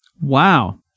Wow